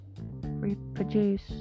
reproduce